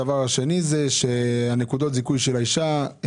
נקודות הזיכוי של האישה,